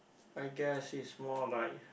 I guess it's more like